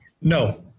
No